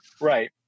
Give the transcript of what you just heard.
Right